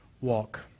walk